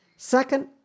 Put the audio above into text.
Second